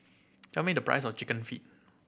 tell me the price of Chicken Feet